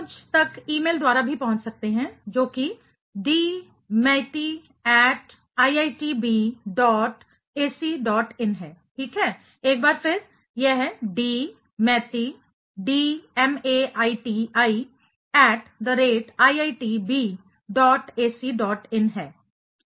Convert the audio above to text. आप मुझ तक ईमेल द्वारा भी पहुँच सकते हैं जो कि dmaiti at iitb dot ac dot in है ठीक है एक बार फिर यह d maiti dmaiti at the rate iitb dot ac dot in है